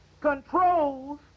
controls